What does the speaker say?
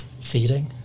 feeding